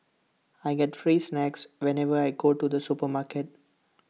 I get free snacks whenever I go to the supermarket